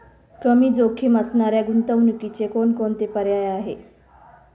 कमी जोखीम असणाऱ्या गुंतवणुकीचे कोणकोणते पर्याय आहे?